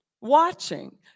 watching